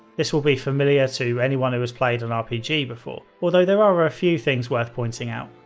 this will be familiar to anyone who has played an rpg before, although there are a few things worth pointing out.